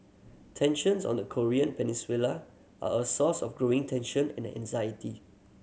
tensions on the Korean Peninsula are a source of growing tension and anxiety